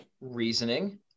reasoning